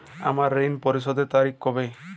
আমার ঋণ পরিশোধের তারিখ কবে?